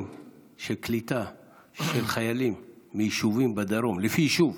של קליטה של חיילים מיישובים בדרום לפי יישוב,